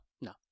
No